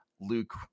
luke